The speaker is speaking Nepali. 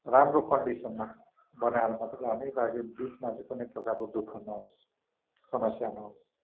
राम्रो कन्डिसनमा बनाएर मात्रै लाने ता कि बिचमा चाहिँ कुनै प्रकारको दुःख नहोस् समस्या नहोस्